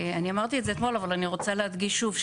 אני אמרתי את זה אתמול אבל אני רוצה להדגיש שוב,